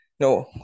No